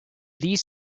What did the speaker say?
these